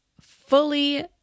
fully